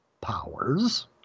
powers